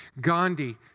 Gandhi